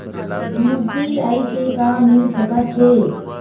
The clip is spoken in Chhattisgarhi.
यू.पी.आई से का मिल सकत हे?